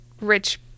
rich